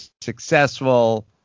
successful